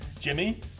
Jimmy